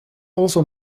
also